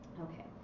Okay